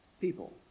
people